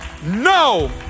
No